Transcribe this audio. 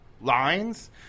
lines